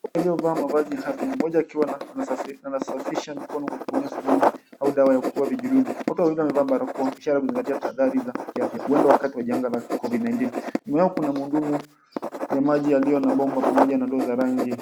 Kwa liyovaa mavazi hafi mmoja akiwa anasafisha mkono kwa kutumia sabuni au dawa ya kuuwa vijidudu wote wawili wamevaa barakoa ishara kuzingatia tahadhari za kiafya huenda wakati wa janga la COVID-19. Nyuma yao kuna mhudumu ya maji yaliyo na bomba pamoja na ndoo za rangi.